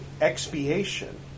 Expiation